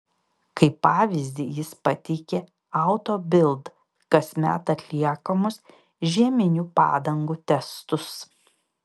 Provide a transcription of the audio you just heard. kaip pavyzdį jis pateikė auto bild kasmet atliekamus žieminių padangų testus